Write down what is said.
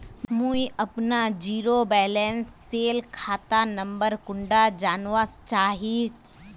मुई अपना zero balance सेल खाता नंबर कुंडा जानवा चाहची?